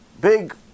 big